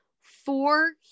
four